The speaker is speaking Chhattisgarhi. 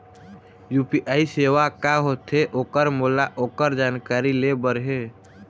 यू.पी.आई सेवा का होथे ओकर मोला ओकर जानकारी ले बर हे?